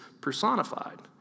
personified